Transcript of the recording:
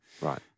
Right